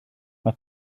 mae